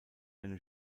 eine